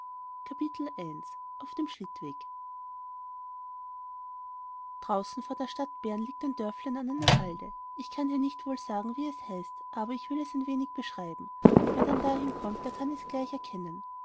draußen vor der stadt bern liegt ein dörflein an einer halde ich kann hier nicht wohl sagen wie es heißt aber ich will es ein wenig beschreiben wer dann dahinkommt der kann es gleich erkennen